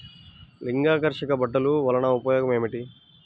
లింగాకర్షక బుట్టలు వలన ఉపయోగం ఏమిటి?